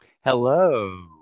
hello